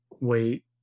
wait